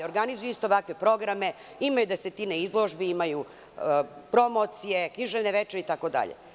Organizuju isto ovakve programe, imaju desetine izložbi, promocije, književne večeri itd.